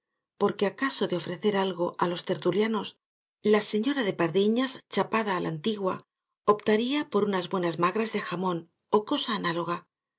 porque caso de ofrecer algo á los tertulianos la señora de pardiñas muy chapada á la antigua optaría por unas buenas magras de jamón ó cosa análoga